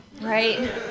right